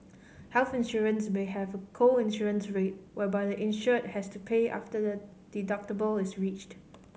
health insurance may have a co insurance rate whereby the insured has to pay after the deductible is reached